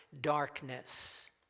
darkness